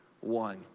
one